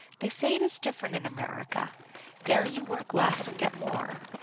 they say it is different in america there you work less and get more,